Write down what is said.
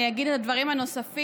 ואני אגיד את הדברים הנוספים.